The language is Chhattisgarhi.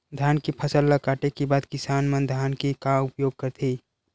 धान के फसल ला काटे के बाद किसान मन धान के का उपयोग करथे?